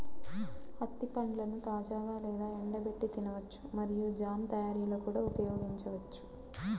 అత్తి పండ్లను తాజాగా లేదా ఎండబెట్టి తినవచ్చు మరియు జామ్ తయారీలో కూడా ఉపయోగించవచ్చు